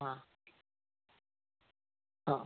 हा हा